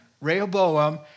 Rehoboam